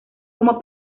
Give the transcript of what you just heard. como